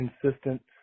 consistent